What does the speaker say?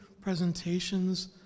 presentations